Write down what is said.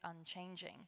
unchanging